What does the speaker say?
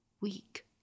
weak